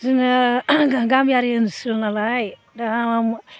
जोङो गामियारि ओनसोल नालाय दा